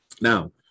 Now